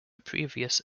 previous